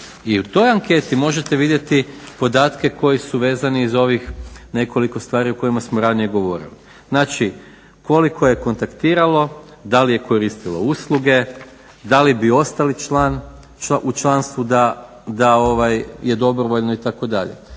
I u toj anketi možete vidjeti podatke koji su vezani za ovih nekoliko stvari o kojima smo ranije govorili. Znači koliko je kontaktiralo, da li je koristilo usluge, da li bi ostali u članstvu da je dobrovoljno itd. tako da